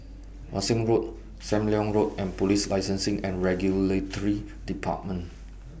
Wan Shih Road SAM Leong Road and Police Licensing and Regulatory department